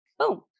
boom